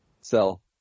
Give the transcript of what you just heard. Sell